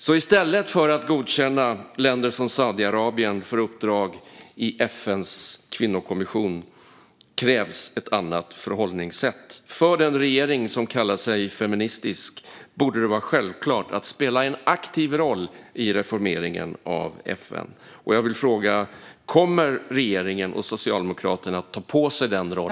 I stället för att godkänna länder som Saudiarabien för uppdrag i FN:s kvinnokommission krävs ett annat förhållningssätt. För den regering som kallar sig feministisk borde det vara självklart att spela en aktiv roll i reformeringen av FN. Jag vill fråga: Kommer regeringen och Socialdemokraterna att ta på sig denna roll?